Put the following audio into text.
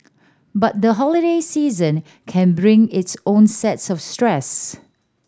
but the holiday season can bring its own set of stress